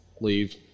leave